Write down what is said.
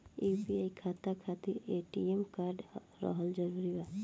UPI खाता खातिर ATM card रहल जरूरी बा?